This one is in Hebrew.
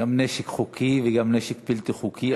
גם נשק חוקי וגם נשק בלתי חוקי,